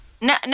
no